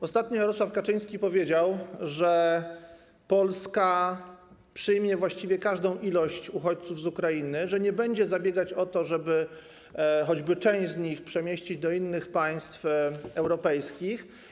Ostatnio Jarosław Kaczyński powiedział, że Polska przyjmie właściwie każdą ilość uchodźców z Ukrainy, że nie będzie zabiegać o to, żeby choćby część z nich przemieścić do innych państw europejskich.